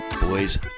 Boys